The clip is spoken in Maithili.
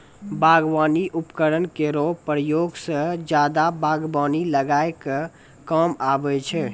बागबानी उपकरन केरो प्रयोग सें जादा बागबानी लगाय क काम आबै छै